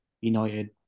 United